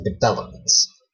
developments